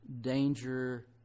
danger